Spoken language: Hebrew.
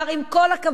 עם כל הכבוד,